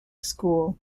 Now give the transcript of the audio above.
school